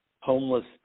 homeless